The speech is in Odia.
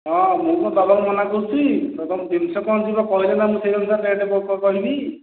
ହଁ ମୁଁ କ'ଣ ଦେବାକୁ ମନା କରୁଛି ତୁମର ଜିନିଷ କ'ଣ ଯିବ କହିଲେ ସିନା ମୁଁ ସେହି ଅନୁସାରେ ରେଟ୍ କହିବି